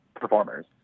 performers